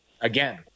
Again